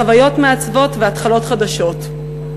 חוויות מעצבות והתחלות חדשות.